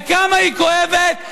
וכמה היא כואבת,